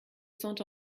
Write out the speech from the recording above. sont